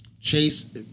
Chase